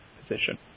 position